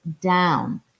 down